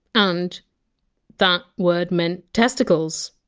and that word meant testicles.